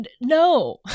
no